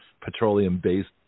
petroleum-based